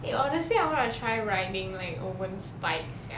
eh honestly I wanna try riding like owen's bike sia